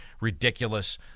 ridiculous